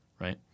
right